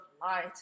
light